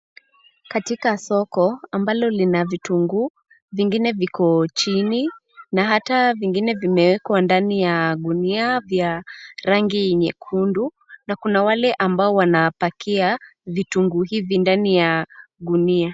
Katika soko ambalo lina vitunguu, vingine viko chini na hata vingine vimewekwa ndani ya gunia vya rangi nyekundu na kuna wale ambao wanapakia vitunguu hivi ndani ya gunia.